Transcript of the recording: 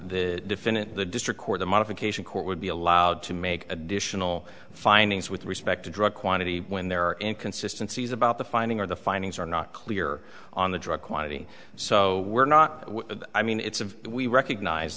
the defendant the district or the modification court would be allowed to make additional findings with respect to drug quantity when there and consistency is about the finding or the findings are not clear on the drug quantity so we're not i mean it's a we recognize